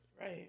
Right